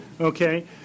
okay